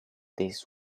this